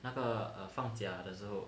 那个 err 放假的时候